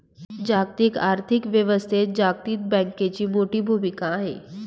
जागतिक आर्थिक व्यवस्थेत जागतिक बँकेची मोठी भूमिका आहे